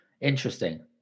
interesting